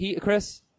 Chris